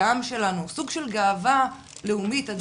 העם שלנו הוא סוג של גאווה לאומית עד